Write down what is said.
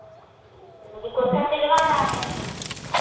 तो मुझे कुर्ता सिलवाना है